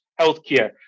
healthcare